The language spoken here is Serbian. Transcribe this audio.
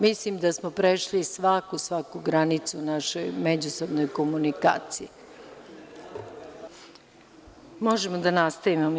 Mislim da smo prešli svaku, svaku granicu naše međusobne komunikacije. [[Posle pauze]] Možemo da nastavimo sa radom.